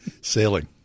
Sailing